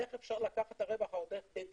איך אפשר לקחת את הרווח העודף בדיעבד,